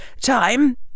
time